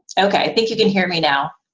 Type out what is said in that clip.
okay i think you can hear me now,